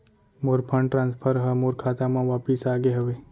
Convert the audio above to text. मोर fund transfer हा मोर खाता मा वापिस आ गे हवे